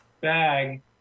bag